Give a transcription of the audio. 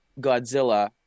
Godzilla